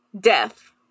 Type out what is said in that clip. Death